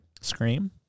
Scream